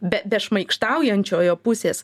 be be šmaikštaujančiojo pusės